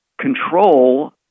control